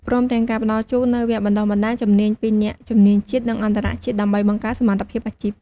ព្រមទាំងការផ្តល់ជូននូវវគ្គបណ្ដុះបណ្ដាលជំនាញពីអ្នកជំនាញជាតិ និងអន្តរជាតិ ដើម្បីបង្កើតសមត្ថភាពអាជីព។